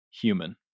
human